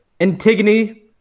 Antigone